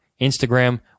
Instagram